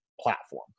platform